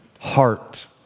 heart